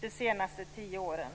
de senaste tio åren.